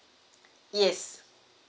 yes